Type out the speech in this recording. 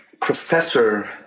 Professor